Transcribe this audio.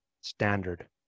standard